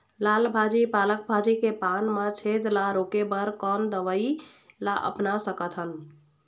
लाल भाजी पालक भाजी के पान मा छेद ला रोके बर कोन दवई ला अपना सकथन?